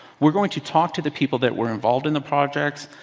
we're going to talk to the people that were involved in the projects.